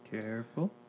Careful